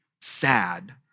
sad